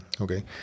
Okay